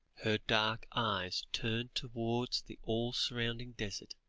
her dark eyes turned towards the all-surrounding desert.